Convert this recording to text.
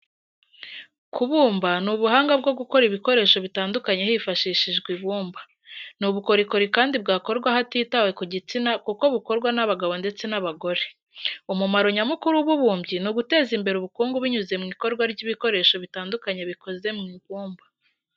Kubumba ni ubuhanga bwo gukora ibikoresho bitandukanye hifashishijwe ibumba. Ni ubukorikori kandi bwakorwa hatitawe ku gitsina kuko bukorwa n'abagabo ndetse n'abagore. Umumaro nyamukuru w'ububumbyi ni uguteza imbere ubukungu binyuze mu ikorwa ry'ibikoresho bitandukanye bikoze mu ibumba.